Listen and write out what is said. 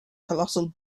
colossal